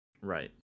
Right